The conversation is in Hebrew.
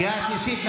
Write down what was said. קריאה שלישית,